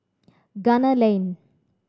Gunner Lane